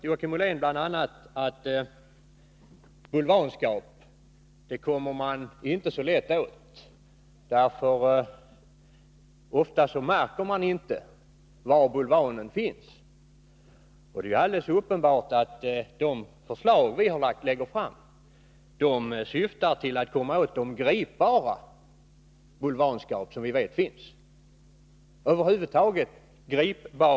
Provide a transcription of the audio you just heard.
Joakim Ollén sade bl.a. att man inte så lätt kommer åt bulvanskap, eftersom man ofta inte märker var ett sådant förekommer. Men det är alldeles uppenbart att de förslag vi har lagt fram syftar till att komma åt de gripbara bulvanskap och andra missförhållanden som vi vet finns.